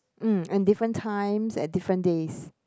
mm in different times at different days